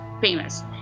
famous